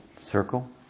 circle